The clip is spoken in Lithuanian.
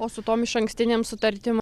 o su tom išankstinėm sutartim